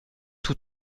tous